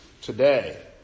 today